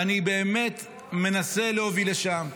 ואני באמת מנסה להוביל לשם.